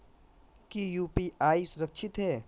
की यू.पी.आई सुरक्षित है?